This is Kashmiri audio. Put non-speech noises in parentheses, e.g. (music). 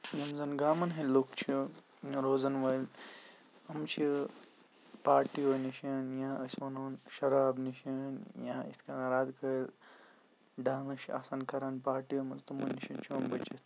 یِم زَن گامَن ہِنٛدۍ لُکھ چھ روزَن وٲلۍ یِم چھِ (unintelligible) یا أسۍ وَنۄ شراب نِش یا یِتھ کٔنۍ (unintelligible) ڈانٕس چھ آسان کَران پارٹِیو منٛز تِمَن نِش چھ یِم بٔچِتھ